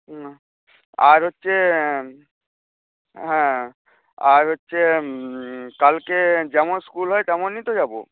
না আর হচ্ছে হ্যাঁ আর হচ্ছে কালকে যেমন স্কুল হয় তেমনই তো যাবো